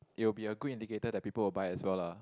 it will be a good indicator that people will buy as well lah